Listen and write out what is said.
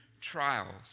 trials